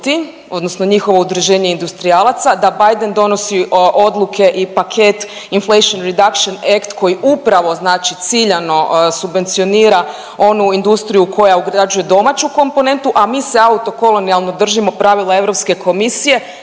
odnosno njihovo udruženje industrijalaca, da Biden donosi odluke i paket Inflation Reduction Act koji upravo ciljano subvencionira onu industriju koja ugrađuje domaću komponentu, a mi se auto kolonijalno držimo pravila Europske komisije?